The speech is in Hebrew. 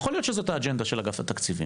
יכול להיות שזו האג'נדה של אגף התקציבים,